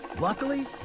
Luckily